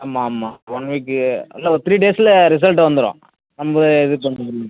ஆமாம் ஆமாம் one week இல்லை ஒரு த்ரீ டேஸில் ரிசல்ட்டு வந்துரும் நம்ப இது பண்